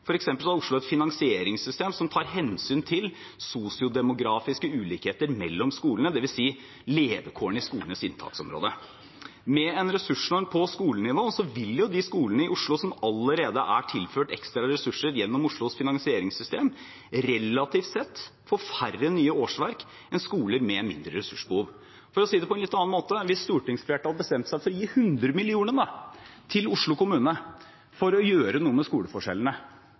har f.eks. et finansieringssystem som tar hensyn til sosiodemografiske ulikheter mellom skolene, dvs. levekårene i skolenes inntaksområde. Med en ressursnorm på skolenivå vil de skolene som allerede er tilført ekstra ressurser gjennom Oslos finansieringssystem, relativt sett få færre nye årsverk enn skoler med mindre ressursbehov. For å si det på en litt annen måte: Hvis stortingsflertallet bestemte seg for å gi 100 mill. kr til Oslo kommune for å gjøre noe med skoleforskjellene